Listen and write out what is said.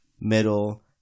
middle